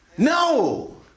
No